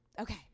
Okay